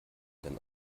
denn